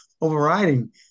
overriding